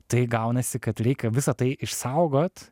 tai gaunasi kad reikia visa tai išsaugot